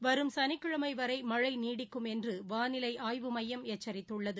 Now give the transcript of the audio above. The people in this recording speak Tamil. வரும் சனிக்கிழமைவரைமழைநீடிக்கும் என்றுவானிலைஆய்வு மையம் எச்சித்துள்ளது